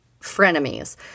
frenemies